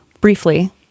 briefly